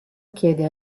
chiede